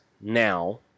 now